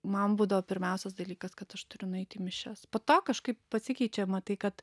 man būdavo pirmiausias dalykas kad aš turiu nueit į mišias po to kažkaip pasikeičiama tai kad